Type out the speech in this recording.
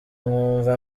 nkumva